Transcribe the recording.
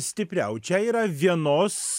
stipriau čia yra vienos